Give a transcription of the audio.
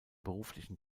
beruflichen